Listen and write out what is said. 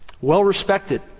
well-respected